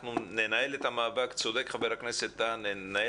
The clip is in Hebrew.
אנחנו ננהל את המאבק צודק חבר הכנסת טאהא ננהל